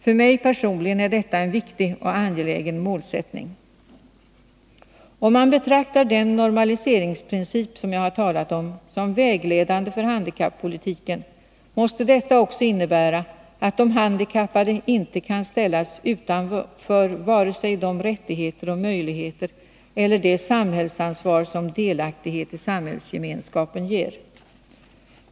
För mig personligen är detta en viktig och angelägen målsätt Om den normaliseringsprincip som jag har talat om får vara vägledande för handikappolitiken kan de handikappade inte ställas utanför vare sig de rättigheter och möjligheter eller det samhällsansvar som delaktighet i samhällsgemenskapen ger.